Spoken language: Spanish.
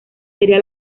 sería